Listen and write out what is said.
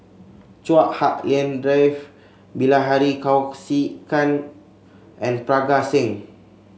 Chua Hak Lien Dave Bilahari Kausikan and Parga Singh